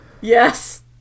Yes